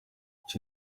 iki